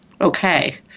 Okay